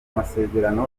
masezerano